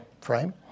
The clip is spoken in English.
frame